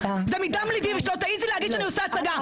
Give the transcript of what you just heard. זה מדם ליבי ושלא תעיזי להגיד שאני עושה הצגה.